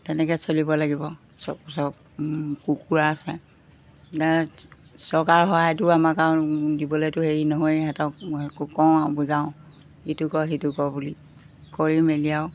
তেনেকৈ চলিব লাগিব সব সব কুকুৰা চৰকাৰৰ সহায়টো আমাক আৰু দিবলৈতো হেৰি নহয়য়ে সিহঁতক কওঁ বুজাওঁ ইটো কৰ সিটো কৰ বুলি কৰি মেলি আৰু